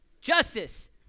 Justice